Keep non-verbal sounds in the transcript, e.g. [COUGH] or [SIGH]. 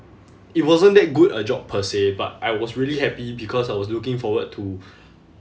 it wasn't that good a job per se but I was really happy because I was looking forward to [BREATH]